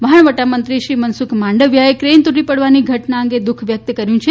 વહાણવટા મંત્રી શ્રી મનસુખ માંડવિયાએ ક્રેઇન તૂટી પડવાની ઘટના અંગે દુઃખ વ્યક્ત કર્યું છે